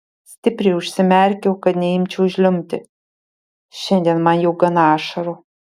stipriai užsimerkiau kad neimčiau žliumbti šiandien man jau gana ašarų